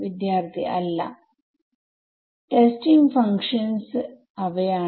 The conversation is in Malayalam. വിദ്യാർത്ഥി അല്ല അല്ല ടെസ്റ്റിംഗ് ഫങ്ക്ഷൻസ് അവയാണ്